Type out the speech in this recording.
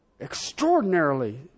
extraordinarily